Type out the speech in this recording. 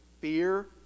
fear